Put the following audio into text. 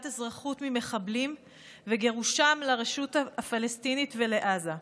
אזרחות ממחבלים וגירושם לרשות הפלסטינית ולעזה,